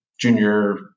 junior